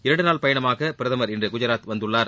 இரண்டு நாள் பயணமாக பிரதமர் இன்று குஜராத் வந்துள்ளார்